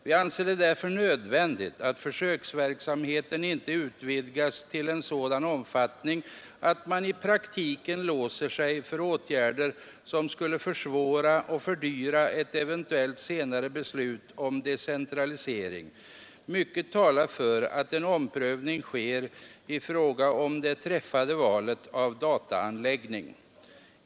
Vi anser det därför nödvändigt att försöksverksamheten inte utvidgas till en sådan omfattning att man i praktiken låser sig för åtgärder som skulle försvåra och fördyra ett eventuellt senare beslut om decentralisering. Mycket talar för att en omprövning sker i fråga om det träffade valet av dataanläggning.